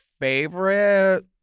favorite